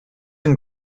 and